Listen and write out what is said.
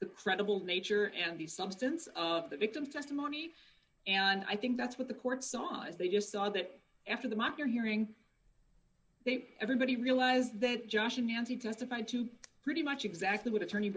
the credible nature and the substance of the victim's testimony and i think that's what the court saw as they just saw that after the mock your hearing they everybody realize that josh and nancy testified to pretty much exactly what attorney